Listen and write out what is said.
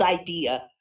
idea